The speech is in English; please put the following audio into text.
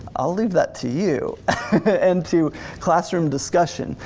i'll leave that to you and to classroom discussion.